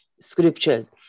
scriptures